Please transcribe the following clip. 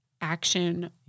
action